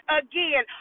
again